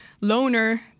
loner